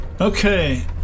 Okay